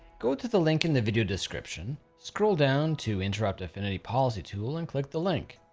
go to the link in the video description, scroll down to interrupt affinity policy tool and click the link.